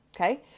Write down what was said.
Okay